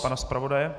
Pana zpravodaje.